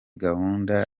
gahunda